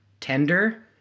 tender